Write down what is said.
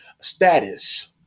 status